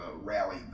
rally